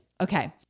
Okay